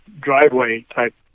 driveway-type